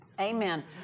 Amen